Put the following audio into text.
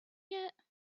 yet